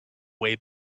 way